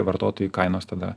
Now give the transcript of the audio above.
vartotojui kainos tada